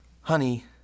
Honey